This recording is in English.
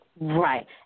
Right